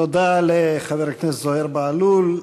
תודה לחבר הכנסת זוהיר בהלול.